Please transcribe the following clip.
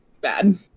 bad